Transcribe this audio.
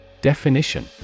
Definition